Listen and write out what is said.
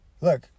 look